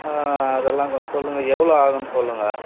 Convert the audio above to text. அதெல்லாம் கொஞ்சம் சொல்லுங்கள் எவ்வளோ ஆகும்னு சொல்லுங்கள்